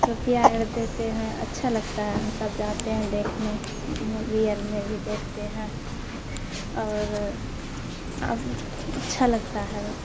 روپیہ اگر دیتے ہیں اچھا لگتا ہے ہم سب جاتے ہیں دیکھنے مووی ایئر میں بھی دیکھتے ہیں اور اب اچھا لگتا ہے